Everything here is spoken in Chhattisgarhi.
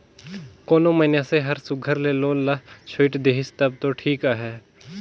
कोनो मइनसे हर सुग्घर ले लोन ल छुइट देहिस तब दो ठीक अहे